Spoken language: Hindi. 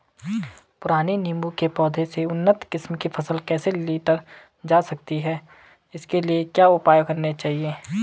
पुराने नीबूं के पौधें से उन्नत किस्म की फसल कैसे लीटर जा सकती है इसके लिए क्या उपाय करने चाहिए?